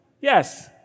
yes